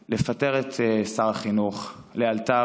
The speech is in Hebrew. לפטר את שר החינוך לאלתר,